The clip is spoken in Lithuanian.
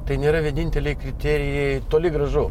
tai nėra vieninteliai kriterijai toli gražu